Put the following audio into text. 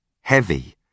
heavy